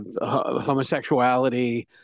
homosexuality